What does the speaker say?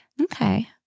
okay